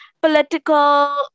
political